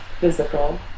physical